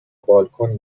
بالکن